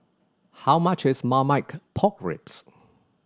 how much is Marmite Pork Ribs